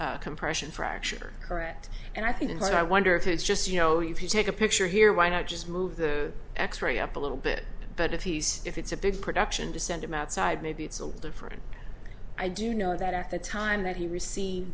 a compression fracture carette and i think in part i wonder if it's just you know you take a picture here why not just move the x ray up a little bit but if he's if it's a big production to send him outside maybe it's a little different i do know that at the time that he received